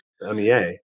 MEA